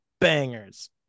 bangers